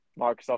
Microsoft